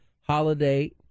holiday